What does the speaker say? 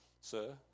Sir